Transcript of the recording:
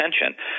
attention